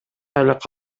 айлык